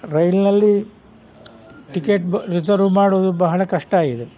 ರೈಲಿನಲ್ಲಿ ಟಿಕೆಟ್ ಬು ರಿಸರ್ವ್ ಮಾಡುವುದು ಬಹಳ ಕಷ್ಟ ಆಗಿದೆ